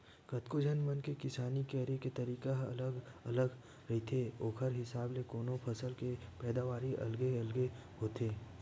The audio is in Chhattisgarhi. कतको झन मन के किसानी करे के तरीका ह अलगे अलगे रहिथे ओखर हिसाब ल कोनो फसल के पैदावारी अलगे अलगे होथे